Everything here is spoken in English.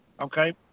Okay